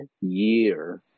year